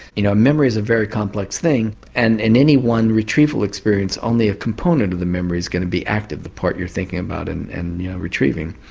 you know memory is a very complex thing and in any one retrieval experience only a component of the memory is going to be active, the part you're thinking about and and you know retrieving,